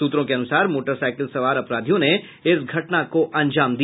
सूत्रों के अनुसार मोटरसाईकिल सवार अपराधियों ने इस घटना को अंजाम दिया